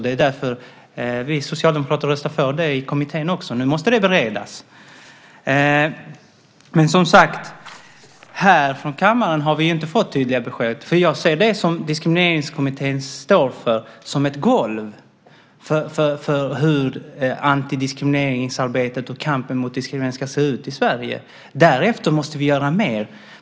Det är därför vi socialdemokrater röstar för det i kommittén. Nu måste det beredas. Men, som sagt, här från kammaren har vi inte fått tydliga besked. Jag ser det som Diskrimineringskommittén står för som ett golv för hur antidiskrimineringsarbetet och kampen mot diskriminering ska se ut i Sverige. Därefter måste vi göra mer.